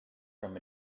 from